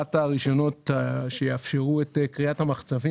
הארכת הרישיונות שיאפשרו את כריית המחצבים.